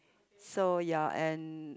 so ya and